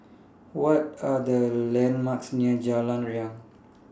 What Are The landmarks near Jalan Riang